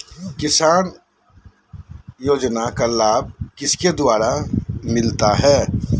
किसान को योजना का लाभ किसके द्वारा मिलाया है?